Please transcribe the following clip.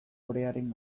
orearen